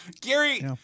Gary